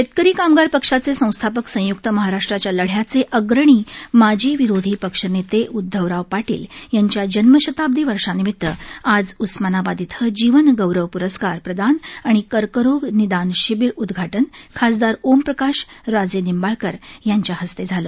शेतकरी कामगार पक्षाचे संस्थापक संय्क्त महाराष्ट्राच्या लढ्याचे अग्रणी माजी विरोधी पक्षनेते उदधवराव पाटील यांच्या जन्मशताब्दी वर्षानिमित आज उस्मानाबाद इथं जीवनगौरव प्रस्कार प्रदान आणि कर्करोग निदान शिबिर उदघाटन खासदार ओमप्रकाश राजेनिंबाळकर यांच्या हस्ते झालं